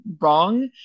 wrong